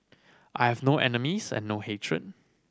I have no enemies and no hatred